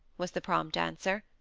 was the prompt answer.